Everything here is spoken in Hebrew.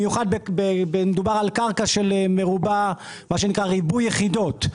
במיוחד מדובר על קרקע של מה שנקרא ריבוי יחידות,